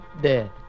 dead